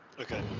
Okay